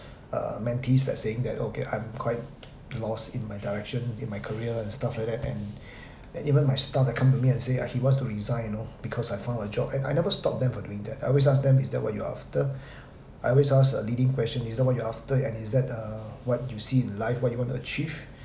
uh mentees that saying that okay I'm quite lost in my direction in my career and stuff like that and and even my staff that come to me and say uh he's wants to resign you know because I found a job and I never stop them from doing that I always ask them is that what you're after I always ask uh leading question is that what you after and is that uh what you see in life what you want to achieve